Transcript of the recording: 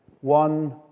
one